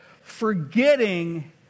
Forgetting